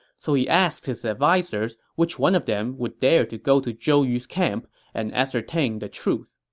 so he asked his advisers which one of them would dare to go to zhou yu's camp and ascertain the truth